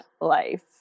life